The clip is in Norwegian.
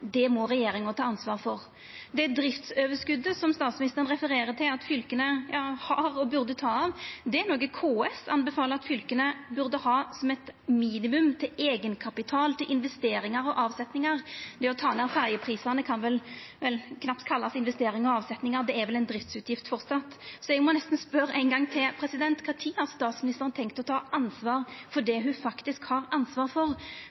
at fylka har og burde ta av, er noko KS anbefaler at fylka burde ha som eit minimum i eigenkapital til investeringar og avsetningar. Det å ta det av ferjeprisane kan vel knapt kallast investeringar og avsetningar, det er vel ei driftsutgift framleis. Så eg må nesten spørja ein gong til: Kva tid har statsministeren tenkt å ta ansvar for det ho faktisk har ansvar for?